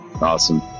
Awesome